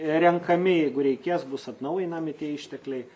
renkami jeigu reikės bus atnaujinami tie ištekliai